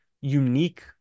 unique